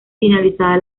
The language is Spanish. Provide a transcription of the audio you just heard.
finalizada